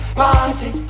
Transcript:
party